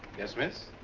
yes, miss?